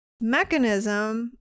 mechanism